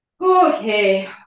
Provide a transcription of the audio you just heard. Okay